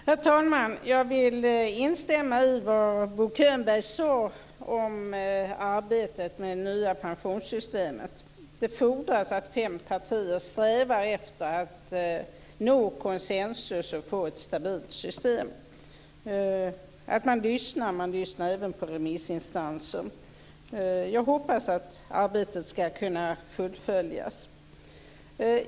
Herr talman! Jag vill instämma i vad Bo Könberg sade om arbetet med det nya pensionssystemet. Det fordras att fem partier strävar efter att nå konsensus och efter att få ett stabilt system. Det fordras att man lyssnar - även på remissinstanser. Jag hoppas att arbetet skall kunna fullföljas.